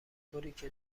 طوریکه